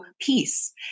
peace